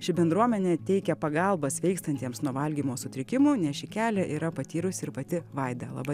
ši bendruomenė teikia pagalbą sveikstantiems nuo valgymo sutrikimų nes šį kelią yra patyrusi ir pati vaida laba